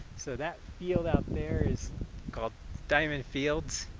so that field out there is called diamond fields.